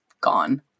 gone